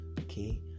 okay